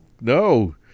No